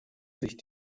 sich